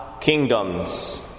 kingdoms